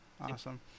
Awesome